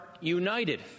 united